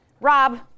Rob